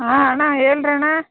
ಆಂ ಅಣ್ಣ ಹೇಳಣ್ಣ